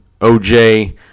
OJ